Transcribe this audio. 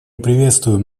приветствуем